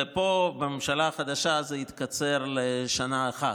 ופה בממשלה החדשה זה התקצר לשנה אחת.